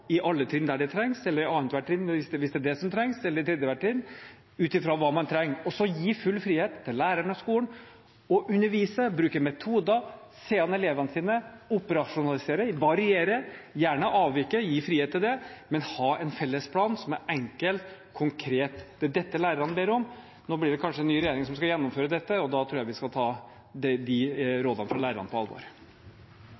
alle trinn der det trengs, eller i annethvert trinn, hvis det er det som trengs, eller tredje hvert trinn, ut ifra hva man trenger, og så gi full frihet til lærerne og skolen til å undervise, bruke metoder, se an elevene sine, operasjonalisere, variere – gjerne avvike, gi frihet til det – men ha en felles plan som er enkel og konkret. Det er dette lærerne ber om. Nå blir det kanskje en ny regjering som skal gjennomføre dette, og da tror jeg vi skal ta